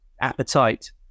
appetite